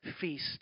feast